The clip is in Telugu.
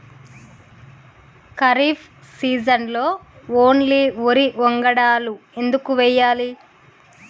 ఖరీఫ్ సీజన్లో ఓన్లీ వరి వంగడాలు ఎందుకు వేయాలి?